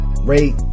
rate